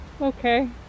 Okay